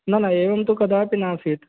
न न एवं तु कदापि नासीत्